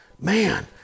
man